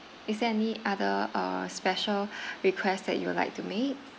is there any other uh special requests that you would like to make